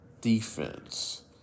defense